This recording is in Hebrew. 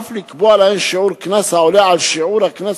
ואף לקבוע להן שיעור קנס העולה על שיעור הקנס